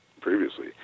previously